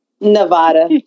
Nevada